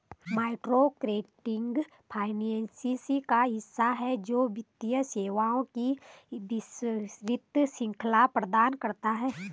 microcredit finance का हिस्सा है, जो वित्तीय सेवाओं की विस्तृत श्रृंखला प्रदान करता है